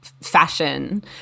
fashion